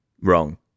Wrong